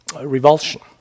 revulsion